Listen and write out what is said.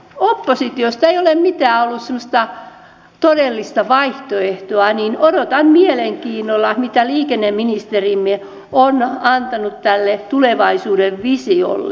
koska oppositiosta ei ole ollut mitään semmoista todellista vaihtoehtoa odotan mielenkiinnolla mitä liikenneministerimme on antanut tälle tulevaisuuden visiolle